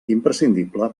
imprescindible